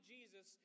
Jesus